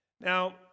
Now